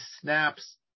snaps